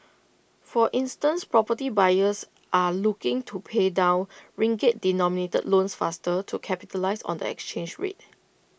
for instance property buyers are looking to pay down ringgit denominated loans faster to capitalise on the exchange rate